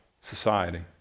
society